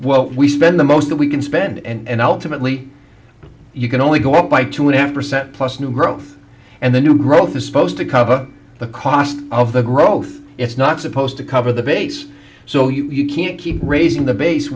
what we spend the most that we can spend and ultimately you can only go up by two and a half percent plus new growth and the new growth is supposed to cover the cost of the growth it's not supposed to cover the base so you can't keep raising the base